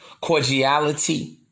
cordiality